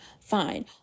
Fine